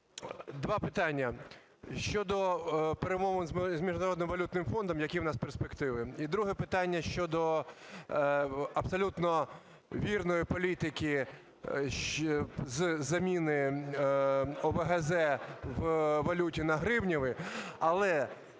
два питання. Щодо перемовин з Міжнародним валютним фондом, які у нас перспективи? І друге питання. Щодо абсолютно вірної політики заміни ОВГЗ в валюті гривні,